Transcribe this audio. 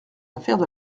affaires